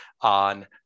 on